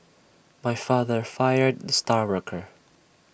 my father fired the star worker